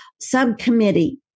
subcommittee